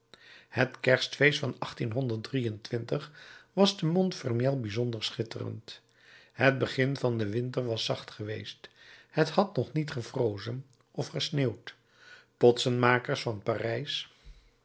het kerstfeest van was te montfermeil bijzonder schitterend het begin van den winter was zacht geweest het had nog niet gevrozen of gesneeuwd potsenmakers van parijs